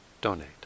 donate